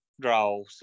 draw